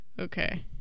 Okay